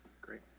great